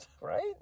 right